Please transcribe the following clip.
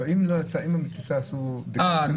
אם בטיסה עשו בדיקה --- אם,